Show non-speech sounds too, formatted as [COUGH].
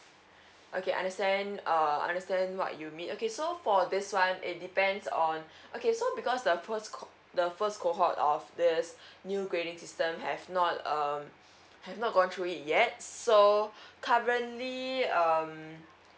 okay understand err understand what you mean okay so for this one it depends on [BREATH] okay so because the first co~ the first cohort of this [BREATH] new grading system have not um have not gone through it yet so [BREATH] currently um